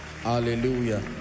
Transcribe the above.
Hallelujah